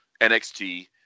NXT